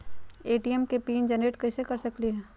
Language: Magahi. हम ए.टी.एम के पिन जेनेरेट कईसे कर सकली ह?